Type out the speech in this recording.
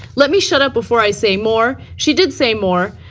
let me shut up before i say more. she did say more.